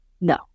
No